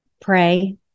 pray